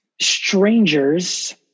Strangers